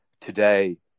today